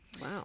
Wow